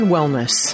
Wellness